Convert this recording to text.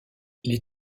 les